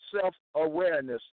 self-awareness